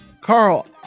Carl